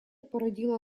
породило